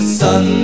sun